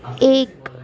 ایک